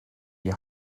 die